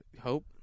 hope